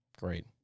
Great